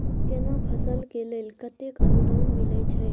केना फसल के लेल केतेक अनुदान मिलै छै?